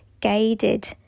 guided